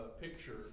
picture